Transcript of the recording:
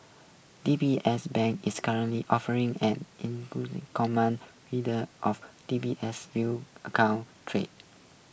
D B S Bank is currently offering an common in the of D B S view account treat